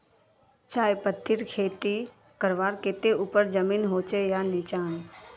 चाय पत्तीर खेती करवार केते ऊपर जमीन होचे या निचान?